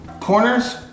Corners